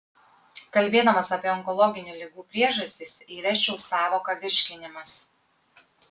kalbėdamas apie onkologinių ligų priežastis įvesčiau sąvoką virškinimas